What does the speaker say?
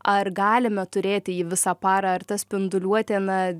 ar galime turėti jį visą parą ar ta spinduliuotė na